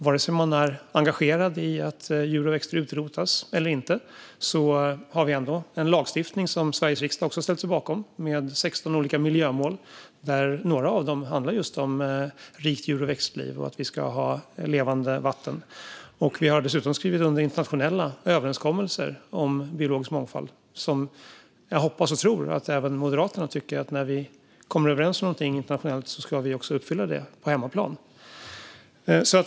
Vare sig man är engagerad i att djur och växter utrotas eller inte har vi en lagstiftning som Sveriges riksdag har ställt sig bakom, med 16 olika miljömål, varav några handlar just om rikt djur och växtliv och att vi ska ha levande vatten. Vi har dessutom skrivit under internationella överenskommelser om biologisk mångfald. Jag hoppas och tror att även Moderaterna tycker att vi, när vi har kommit överens om något internationellt, också ska uppfylla det på hemmaplan.